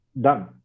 done